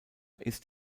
ist